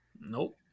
Nope